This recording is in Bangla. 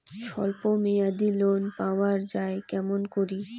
স্বল্প মেয়াদি লোন পাওয়া যায় কেমন করি?